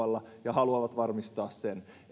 haluavat varmistaa sen